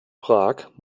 prag